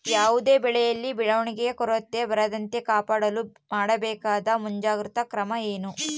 ಯಾವುದೇ ಬೆಳೆಯಲ್ಲಿ ಬೆಳವಣಿಗೆಯ ಕೊರತೆ ಬರದಂತೆ ಕಾಪಾಡಲು ಮಾಡಬೇಕಾದ ಮುಂಜಾಗ್ರತಾ ಕ್ರಮ ಏನು?